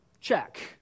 Check